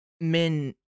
men